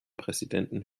präsidenten